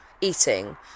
eating